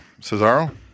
Cesaro